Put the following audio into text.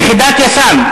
יחידת יס"מ,